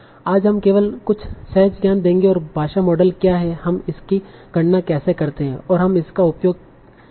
आज हम केवल कुछ सहज ज्ञान देंगे और भाषा मॉडल क्या है हम इसकी गणना कैसे करते हैं और हम इसका क्या उपयोग कर सकते हैं